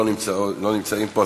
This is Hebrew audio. לא נמצאים פה,